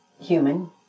human